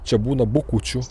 čia būna bukučių